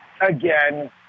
again